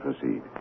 proceed